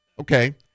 Okay